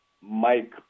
Mike